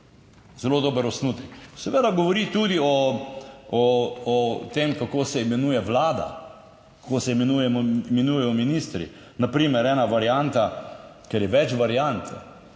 zelo dober osnutek. Seveda govori tudi o tem, kako se imenuje Vlada, kako se imenuje imenujejo ministri. Na primer ena varianta, ker je več variant,